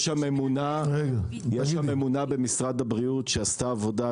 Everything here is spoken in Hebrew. יש שם ממונה במשרד הבריאות שעשתה עבודה,